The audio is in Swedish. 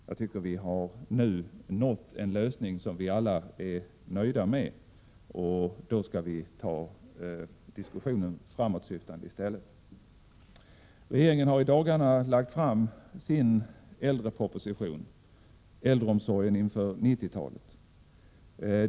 Jag tycker att vi nu har nått en lösning som vi alla är nöjda med, och då skall vi ta diskussionen framåtsyftande i stället. Regeringen har i dagarna lagt fram sin äldreproposition, Äldreomsorgen inför 90-talet.